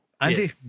Andy